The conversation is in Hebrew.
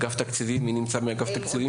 מי נמצא מאגף תקציבים?